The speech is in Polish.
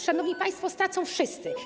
Szanowni państwo, stracą wszyscy.